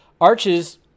arches